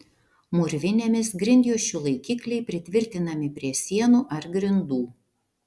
mūrvinėmis grindjuosčių laikikliai pritvirtinami prie sienų ar grindų